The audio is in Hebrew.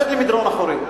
רד למדרון אחורי.